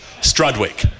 Strudwick